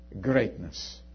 greatness